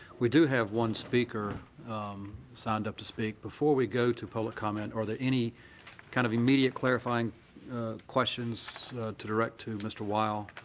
we do have one speaker signed up to speak. before we go to public comment, are there any kind of immediate clarifying questions to direct to mr. weil?